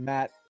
Matt